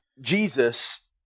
Jesus